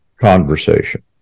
conversation